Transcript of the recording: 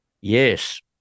Yes